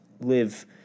live